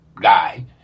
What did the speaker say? guy